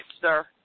sir